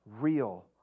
Real